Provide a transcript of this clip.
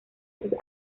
sus